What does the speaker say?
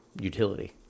utility